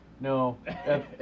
No